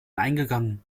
eingegangen